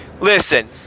Listen